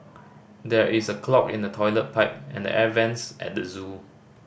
there is a clog in the toilet pipe and the air vents at the zoo